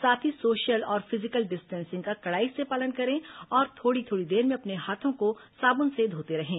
साथ ही सोशल और फिजिकल डिस्टेंसिंग का कड़ाई से पालन करें और थोड़ी थोड़ी देर में अपने हाथों को साबुन से धोते रहें